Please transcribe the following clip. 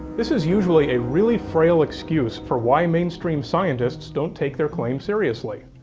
this is usually a really frail excuse for why mainstream scientists don't take their claim seriously,